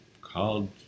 called